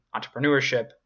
entrepreneurship